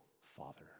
father